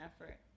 effort